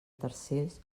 tercers